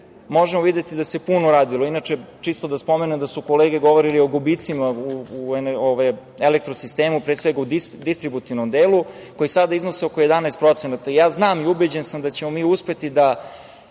možemo videti da se puno radilo. Inače, čisto da spomenem da su kolege govorile o gubicima u elektro-sistemu, pre svega u distributivnom delu, koji sada iznose oko 11%. Ja znam i ubeđen sam da ćemo mi uspeti da,